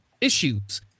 issues